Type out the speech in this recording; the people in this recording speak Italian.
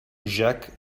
jacques